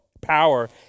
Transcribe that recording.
power